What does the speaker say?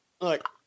Look